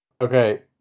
Okay